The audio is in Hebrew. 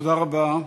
תודה רבה.